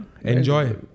Enjoy